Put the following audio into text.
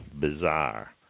bizarre